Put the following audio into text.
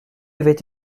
avait